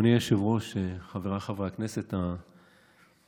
אדוני היושב-ראש, חבריי חברי הכנסת המציעים,